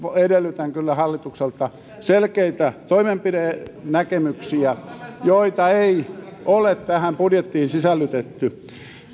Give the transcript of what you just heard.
edellytän kyllä hallitukselta selkeitä toimenpidenäkemyksiä joita ei ole tähän budjettiin sisällytetty